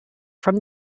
from